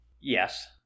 yes